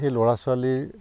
সেই ল'ৰা ছোৱালীৰ